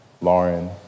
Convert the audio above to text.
Lauren